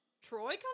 Troy